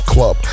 Club